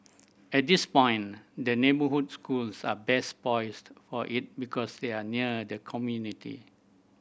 at this point the neighbourhood schools are best poised for it because they are near the community